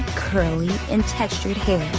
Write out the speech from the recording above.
curly and textured hair.